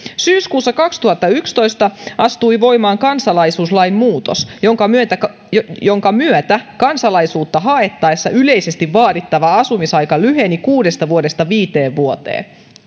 syyskuussa kaksituhattayksitoista astui voimaan kansalaisuuslain muutos jonka myötä kansalaisuutta haettaessa yleisesti vaadittava asumisaika lyheni kuudesta vuodesta viiteen vuoteen